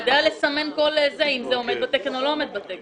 הוא יודע לסמן כל דבר אם זה עומד בתקן או לא עומד בתקן.